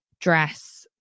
dress